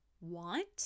want